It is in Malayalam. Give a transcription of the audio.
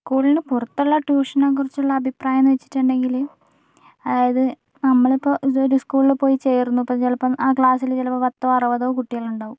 സ്കൂളിനു പുറത്തൊള്ള ട്യൂഷനെ കുറിച്ചുള്ള അഭിപ്രായം എന്നുവെച്ചിട്ടുണ്ടെങ്കില് അതായത് നമ്മളിപ്പോ ഒരു സ്കൂളിൽ പോയി ചേർന്നു ഇപ്പോൾ ചിലപ്പോൾ ആ ക്ലാസ്സില് ചിലപ്പോ പത്തോ അറുപതോ കുട്ടികളുണ്ടാവും